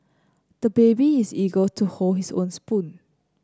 the baby is eager to hold his own spoon